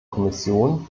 kommission